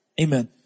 Amen